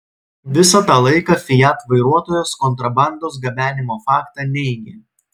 visą tą laiką fiat vairuotojas kontrabandos gabenimo faktą neigė